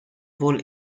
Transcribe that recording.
wohl